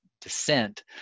dissent